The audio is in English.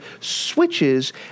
switches